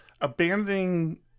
abandoning